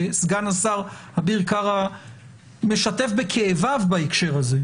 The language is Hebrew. וסגן השר אביר קארה משתף בכאביו בהקשר הזה,